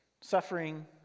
Suffering